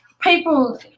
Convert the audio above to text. people